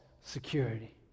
security